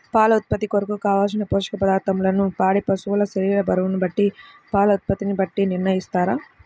పాల ఉత్పత్తి కొరకు, కావలసిన పోషక పదార్ధములను పాడి పశువు శరీర బరువును బట్టి పాల ఉత్పత్తిని బట్టి నిర్ణయిస్తారా?